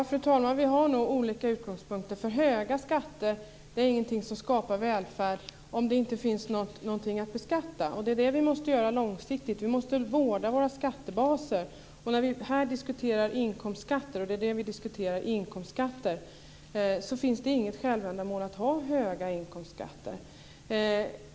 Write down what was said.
Fru talman! Vi har nog olika utgångspunkter. Höga skatter är ingenting som skapar välfärd om det inte finns någonting att beskatta. Det är det vi måste göra långsiktigt. Vi måste vårda våra skattebaser. Vi diskuterar inkomstskatter, och det finns inget självändamål att ha höga inkomstskatter.